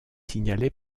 signalé